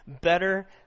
better